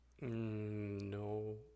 No